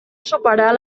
superar